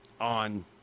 on